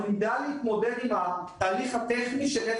אנחנו נדע להתמודד עם התהליך הטכני איך